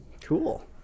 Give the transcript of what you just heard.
Cool